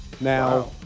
now